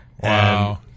Wow